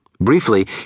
Briefly